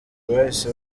bahise